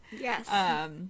Yes